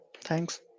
Thanks